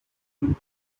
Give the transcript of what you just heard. wind